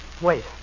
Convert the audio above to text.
Wait